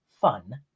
fun